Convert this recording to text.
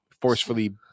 forcefully